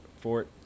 Fort